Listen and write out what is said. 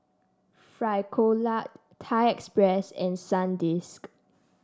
Frisolac Thai Express and Sandisk